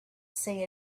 say